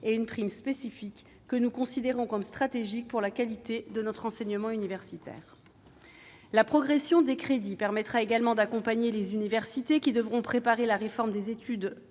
et une prime spécifiques, que nous considérons comme stratégiques pour la qualité de notre enseignement universitaire. La progression des crédits permettra également d'accompagner les universités qui devront préparer la réforme des études